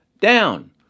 down